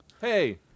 Hey